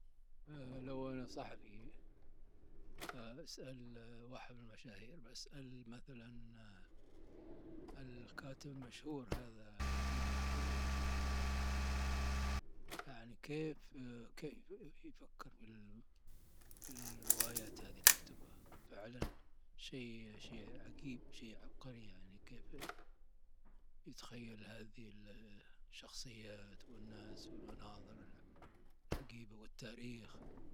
لو أنا صحفي اسأل واحد من المشاهير، بسأل مثلا الكاتب المشهور هذا نجيب محفوظ، الله يرحمه، يعني كيف يفكر في الروايات هذي لي يكتبها؟ فعلا شي شي عجيب شي عبقري ، يعني كيف يتخيل هذي الشخصيات والمناظر والتاريخ.